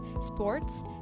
sports